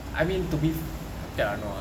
I mean to be f~ okay ah no ah